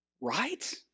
right